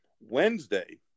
Wednesday